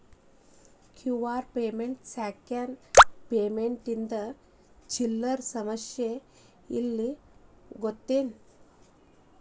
QR code scan payment ಇಂದ ಚಿಲ್ಲರ್ ಸಮಸ್ಯಾನ ಇಲ್ಲ ಗೊತ್ತೇನ್?